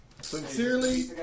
Sincerely